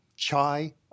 chai